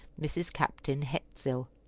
mrs. captain hetsill.